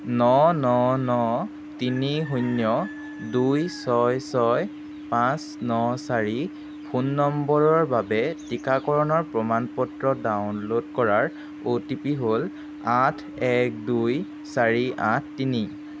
ন ন ন তিনি শূন্য দুই ছয় ছয় পাঁচ ন চাৰি ফোন নম্বৰৰ বাবে টীকাকৰণৰ প্ৰমাণ পত্ৰ ডাউনলোড কৰাৰ অ' টি পি হ'ল আঠ এক দুই চাৰি আঠ তিনি